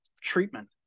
treatment